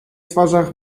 twarzach